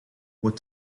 what